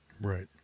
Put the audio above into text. Right